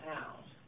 out